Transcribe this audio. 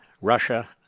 Russia